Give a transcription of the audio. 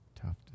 Tough